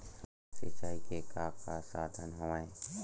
सिंचाई के का का साधन हवय?